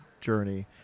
journey